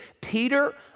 Peter